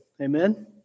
amen